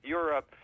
Europe